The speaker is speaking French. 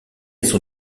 son